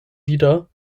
wieder